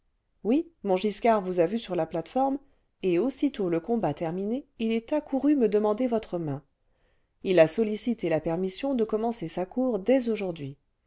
oui montgiscard vous a vue sur la plate-forme et aussitôt le combat combat il est accouru me demander votre main il a sollicité la permission de commencer sa cour dès aujourd'hui